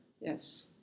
Yes